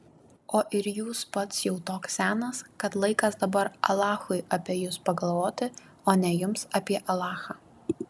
o ir jūs pats jau toks senas kad laikas dabar alachui apie jus pagalvoti o ne jums apie alachą